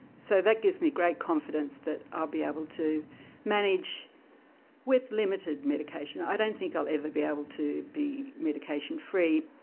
so that gives me great confidence that i'll ah be able to manage with limited medication. i don't think i'll ever be able to be medication free.